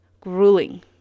grueling